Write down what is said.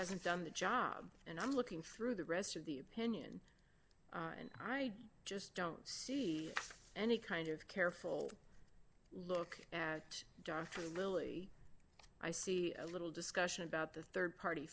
hasn't done the job and i'm looking through the rest of the opinion and i just don't see any kind of careful look at the lily i see little discussion about the rd party